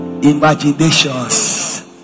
Imaginations